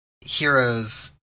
heroes